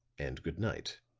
and good-night.